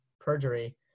perjury